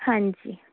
ਹਾਂਜੀ